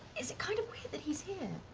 is it kind of weird that he's here?